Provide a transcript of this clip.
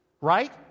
right